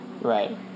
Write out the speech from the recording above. Right